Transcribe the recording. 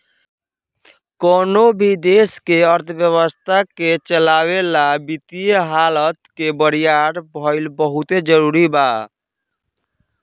कवनो भी देश के अर्थव्यवस्था के चलावे ला वित्तीय हालत के बरियार भईल बहुते जरूरी बा